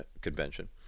Convention